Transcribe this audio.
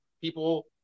people –